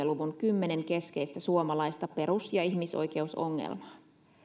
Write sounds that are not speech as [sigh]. [unintelligible] luvun kymmenen keskeistä suomalaista perus ja ihmisoikeusongelmaa